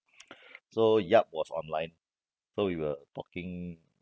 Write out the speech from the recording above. so yap was online so we were talking